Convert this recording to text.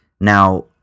Now